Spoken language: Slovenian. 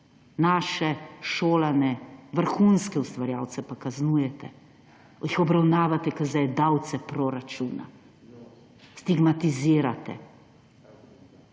Naše šolane, vrhunske ustvarjalce pa kaznujete, jih obravnavate kot zajedavce proračuna, stigmatizirate.